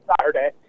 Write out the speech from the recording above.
Saturday